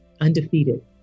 Undefeated